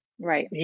right